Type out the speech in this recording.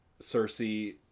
Cersei